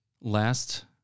Last